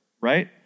right